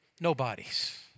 nobodies